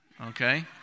Okay